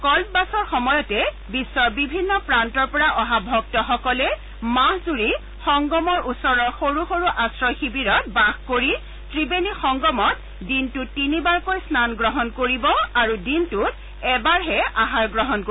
কল্পবাচৰ সময়তে বিশ্বৰ বিভিন্ন প্ৰান্তৰ পৰা অহা ভক্তসকলে মাহ জুৰি সংগমৰ ওচৰৰ সৰু সৰু আশ্ৰয় শিবিৰত বাস কৰি ত্ৰিবেণী সংগমত দিনটোত তিনিবাৰকৈ স্নান গ্ৰহণ কৰিব আৰু দিনটোত এবাৰ আহাৰ গ্ৰহণ কৰিব